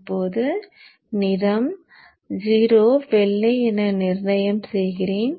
இப்போது நிறம் 0 வெள்ளை என நிர்ணயம் செய்கிறேன்